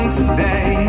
today